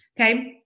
Okay